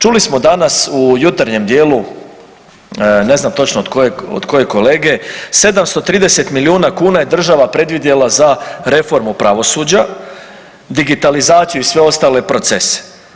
Čuli smo danas u jutarnjem djelu ne znam točno od kojeg kolege 730 milijuna kuna je država predvidjela za reformu pravosuđa, digitalizaciju i sve ostale procese.